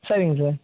சரிங்க சார்